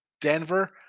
Denver